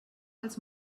als